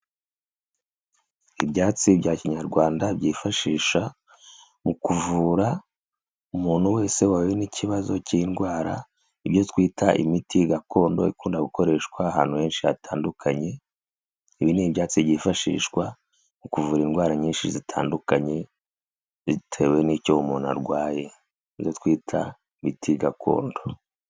Ibyatsi bya kinyarwanda byifashisha mu kuvura umuntu wese wahuye n'ikibazo cy'indwara ibyo twita imiti gakondo ikunda gukoreshwa ahantu henshi hatandukanye, ibi ni ibyatsi byifashishwa mu kuvura indwara nyinshi zitandukanye bitewe n'icyo umuntu arwaye, nibyo twita imiti gakondo.